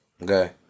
Okay